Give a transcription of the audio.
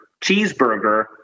cheeseburger